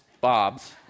Bobs